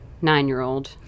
nine-year-old